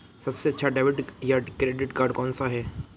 सबसे अच्छा डेबिट या क्रेडिट कार्ड कौन सा है?